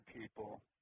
people